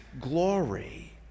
glory